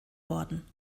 worden